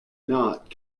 not